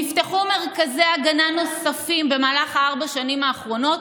נפתחו מרכזי הגנה נוספים במהלך ארבע השנים האחרונות,